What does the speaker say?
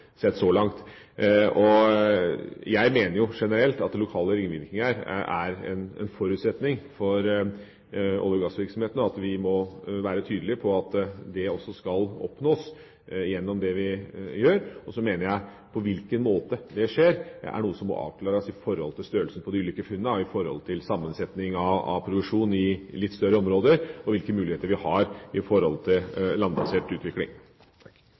langt. Jeg mener generelt at lokale ringvirkninger er en forutsetning for olje- og gassvirksomheten, og at vi må være tydelige på at det også skal oppnås gjennom det vi gjør. Så mener jeg at på hvilken måte dette skjer, er noe som må avklares ut fra størrelsen på de ulike funnene og sammensetningen av produksjonen i litt større områder, og hvilke muligheter vi har for landbasert utvikling.